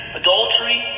adultery